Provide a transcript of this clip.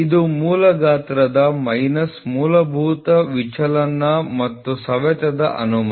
ಇದು ಮೂಲ ಗಾತ್ರದ ಮೈನಸ್ ಮೂಲಭೂತ ವಿಚಲನ ಮತ್ತು ಸವೆತದ ಅನುಮತಿ